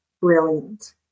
brilliant